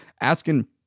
asking